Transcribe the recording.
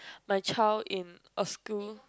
my child in a school